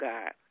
God